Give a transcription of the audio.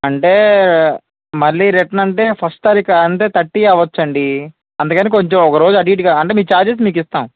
అంటే మళ్ళీ రిటర్న్ అంటే ఫస్ట్ తారీఖు అంటే థర్టీ అవ్వచ్చండి అందుకనే కొంచం ఒక రోజు అటు ఇటుగా అంటే మీ ఛార్జెస్ మీకిస్తాం